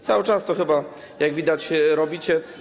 Cały czas to chyba, jak widać, robicie.